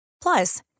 Plus